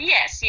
Yes